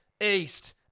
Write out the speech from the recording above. East